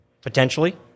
Potentially